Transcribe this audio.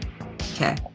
Okay